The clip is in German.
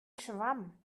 schwamm